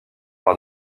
par